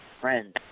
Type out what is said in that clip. friends